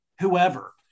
whoever